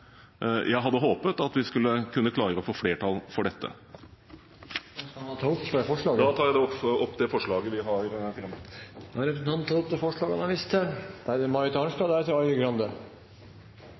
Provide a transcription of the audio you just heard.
jeg hadde håpet at vi skulle kunne klare å få flertall for dette. Jeg tar opp det forslaget Kristelig Folkeparti har fremmet. Representanten Geir Jørgen Bekkevold har tatt opp det forslaget